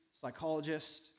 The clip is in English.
psychologists